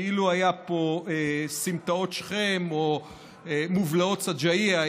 כאילו היו פה סמטאות שכם או מובלעות שג'אעיה,